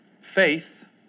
Faith